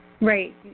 Right